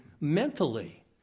mentally